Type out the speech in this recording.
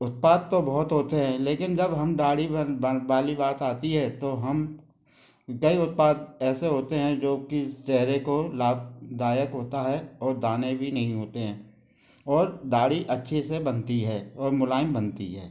उत्पाद तो बहुत होते हैं लेकिन जब हम दाढ़ी वाली बात आती है तो हम कई उत्पाद ऐसे होते हैं जो कि चेहरे को लाभदायक होता है और दाने भी नहीं होते हैं और दाढ़ी अच्छे से बनती है और मुलायम बनती है